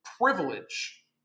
privilege